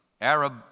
arab